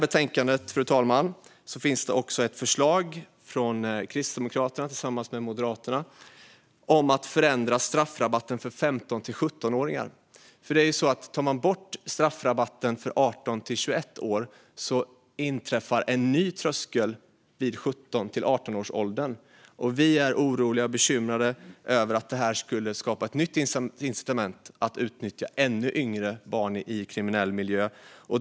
I detta betänkande finns det också ett förslag från Kristdemokraterna tillsammans med Moderaterna i reservation 6 om att förändra straffrabatten för 15-17-åringar. Tar man bort straffrabatten för 18-21-åringar inträffar en ny tröskel vid 17-18-årsåldern. Vi är oroliga och bekymrade över att detta skulle skapa ett nytt incitament att utnyttja ännu yngre barn i kriminell miljö.